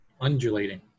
undulating